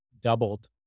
doubled